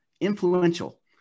influential